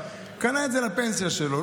קנה את זה לפנסיה שלו,